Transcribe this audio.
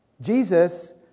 Jesus